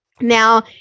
Now